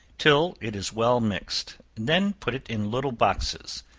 till it is well mixed then put it in little boxes.